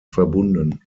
verbunden